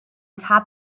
top